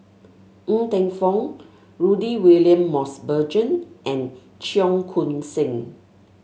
Ng Teng Fong Rudy William Mosbergen and Cheong Koon Seng